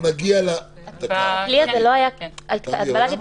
תמי, אבל למה אנחנו